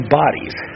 bodies